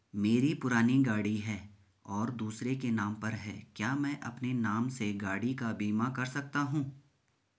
मेरी पुरानी गाड़ी है और दूसरे के नाम पर है क्या मैं अपने नाम से गाड़ी का बीमा कर सकता हूँ?